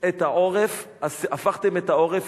את העורף לחזית.